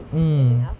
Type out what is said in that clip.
mm